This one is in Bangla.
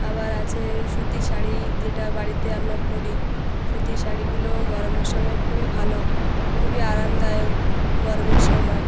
আবার আছে সুতির শাড়ি যেটা বাড়িতে আমরা পরি সুতির শাড়িগুলো গরমের সময় খুবই ভালো খুবই আরামদায়ক গরমের সময়